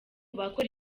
bakora